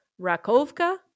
Rakovka